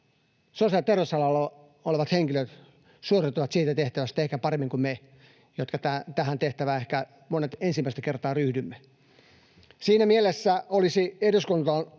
sosiaali‑ ja terveysalalla olevat henkilöt suoriutuvat siitä tehtävästä ehkä paremmin kuin me, joista ehkä monet tähän tehtävään ensimmäistä kertaa ryhtyvät. Siinä mielessä olisi eduskunnalta